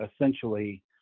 essentially